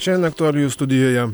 šiandien aktualijų studijoje